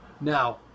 Now